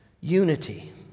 unity